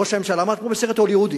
ראש הממשלה עמד כמו בסרט הוליוודי,